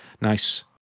nice